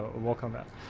walk on that?